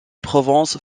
provence